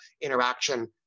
interaction